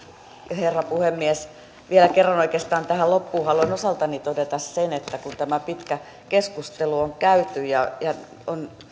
herra puhemies vielä kerran oikeastaan tähän loppuun haluan osaltani todeta että kun tämä pitkä keskustelu on käyty ja on